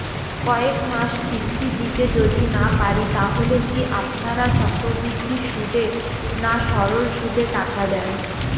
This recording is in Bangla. কয়েক মাস কিস্তি দিতে যদি না পারি তাহলে কি আপনারা চক্রবৃদ্ধি সুদে না সরল সুদে টাকা দেন?